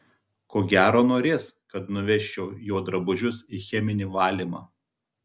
ko gero norės kad nuvežčiau jo drabužius į cheminį valymą